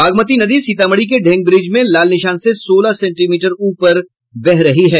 बागमती नदी सीतामढ़ी के ढेंगब्रिज में लाल निशान से सोलह सेंटीमीटर ऊपर चली गयी है